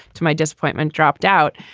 to my disappointment, dropped out.